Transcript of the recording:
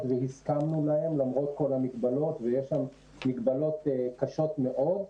והסכמנו להן למרות כל המגבלות ויש שם מגבלות קשות מאוד,